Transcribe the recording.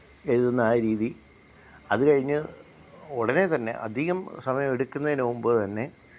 എഴുതുന്ന ആ രീതി അതുകഴിഞ്ഞു ഉടനെ തന്നെ അധികം സമയം എടുക്കുന്നതിന് മുമ്പു തന്നെ